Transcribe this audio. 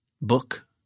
book